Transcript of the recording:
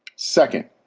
second,